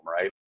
right